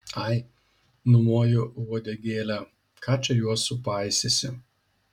ai numoju uodegėle ką čia juos supaisysi